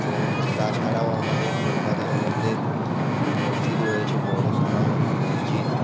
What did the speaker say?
তো তাছাড়াও আমাদের কলকাতার মধ্যে মসজিদ রয়েছে বড় সোনা মন মসজিদ